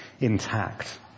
intact